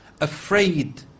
afraid